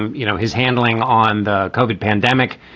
you know, his handling on the covered pandemic.